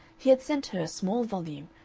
he had sent her a small volume,